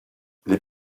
les